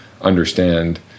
understand